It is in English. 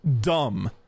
dumb